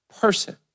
person